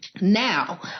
Now